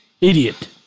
Idiot